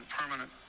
permanent